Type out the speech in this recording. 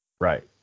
Right